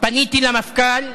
פניתי למפכ"ל,